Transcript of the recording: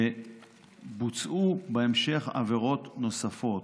שבוצעו בהמשך עבירות נוספות,